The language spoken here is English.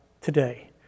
today